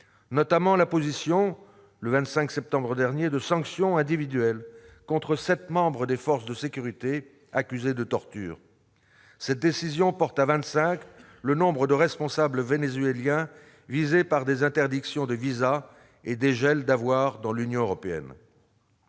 chaviste. Ainsi, le 25 septembre dernier, des sanctions individuelles ont été imposées contre 7 membres des forces de sécurité accusés de torture. Cette décision porte à 25 le nombre de responsables vénézuéliens visés par des interdictions de visas et des gels d'avoirs dans l'Union européenne.